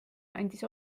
andis